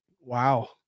Wow